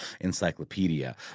Encyclopedia